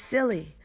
Silly